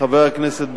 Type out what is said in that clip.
חבר הכנסת בר-און,